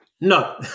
No